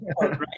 right